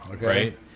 right